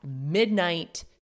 midnight